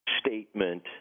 statement